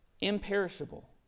imperishable